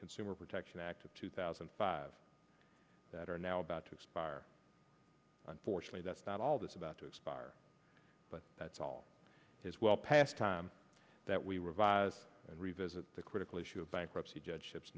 consumer protection act of two thousand and five that are now about to expire unfortunately that's not all this about to expire but that's all is well past time that we revise and revisit the critical issue of bankruptcy judge ships